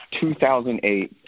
2008